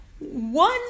One